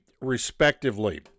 respectively